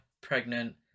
pregnant